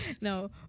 No